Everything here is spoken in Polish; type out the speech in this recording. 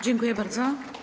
Dziękuję bardzo.